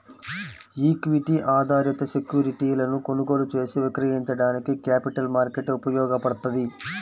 equity ఆధారిత సెక్యూరిటీలను కొనుగోలు చేసి విక్రయించడానికి క్యాపిటల్ మార్కెట్ ఉపయోగపడ్తది